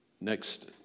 Next